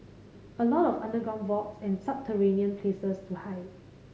a lot of underground vaults and subterranean places to hide